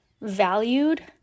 valued